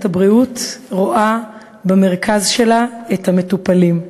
הבריאות רואה במרכז שלה את המטופלים,